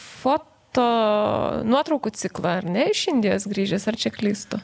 foto nuotraukų ciklą ar ne iš indijos grįžęs ar čia klystu